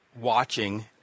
watching